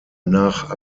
nach